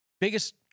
Biggest